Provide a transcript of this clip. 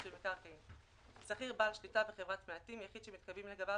דין ולפני הקיזוזים והפטורים שהותרו ממנה לפי כל דין,